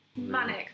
manic